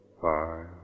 five